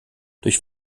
durch